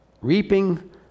Reaping